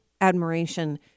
admiration